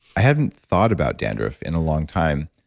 i hadn't thought about dandruff in a long time,